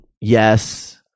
yes